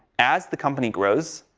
as the company grows,